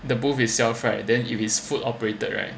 the booth itself right then if it's foot operated right